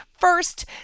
First